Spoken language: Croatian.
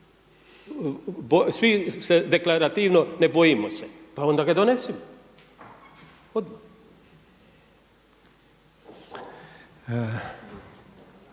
Svi se deklarativno ne bojimo se, pa onda ga donesimo odmah.